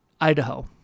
Idaho